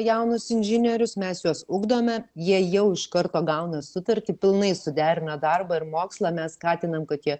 jaunus inžinierius mes juos ugdome jie jau iš karto gauna sutartį pilnai suderina darbą ir mokslą mes skatinam kad jie